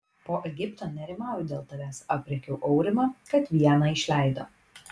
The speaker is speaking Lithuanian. po egipto nerimauju dėl tavęs aprėkiau aurimą kad vieną išleido